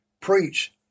preach